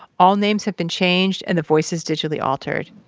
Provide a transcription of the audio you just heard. all names have been changed and the voices digitally altered